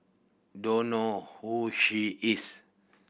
don't know who she is